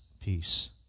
peace